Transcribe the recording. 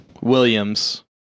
Williams